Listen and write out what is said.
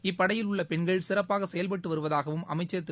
இப்படையில் உள்ள பெண்கள் சிறப்பாக செயல்பட்டு வருவதாகவும் அமைச்சர் திரு